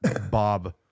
Bob